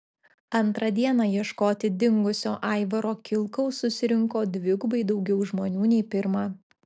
antrą dieną ieškoti dingusio aivaro kilkaus susirinko dvigubai daugiau žmonių nei pirmą